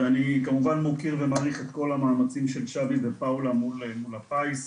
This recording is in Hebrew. ואני כמובן מוקיר ומעריך את כל המאמצים של שבי ופאולה מול הפיס.